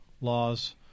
laws